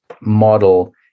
model